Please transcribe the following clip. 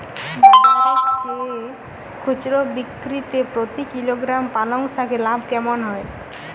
বাজারের চেয়ে খুচরো বিক্রিতে প্রতি কিলোগ্রাম পালং শাকে লাভ কেমন হয়?